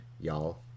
y'all